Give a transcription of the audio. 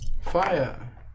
fire